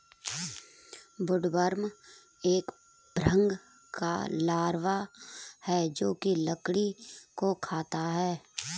woodworm एक भृंग का लार्वा है जो की लकड़ी को खाता है